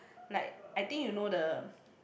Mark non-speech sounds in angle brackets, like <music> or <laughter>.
like I think you know the <noise>